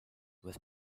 with